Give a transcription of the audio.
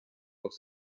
doch